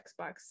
xbox